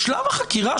בשלב החקירה,